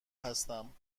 هستم